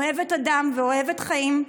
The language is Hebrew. אוהבת אדם ואוהבת חיים,